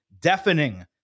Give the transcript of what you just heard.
Deafening